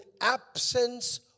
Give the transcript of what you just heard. absence